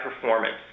performance